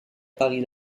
paris